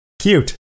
Cute